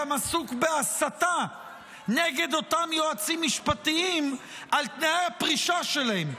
גם עסוק בהסתה נגד אותם יועצים משפטיים על תנאי הפרישה שלהם.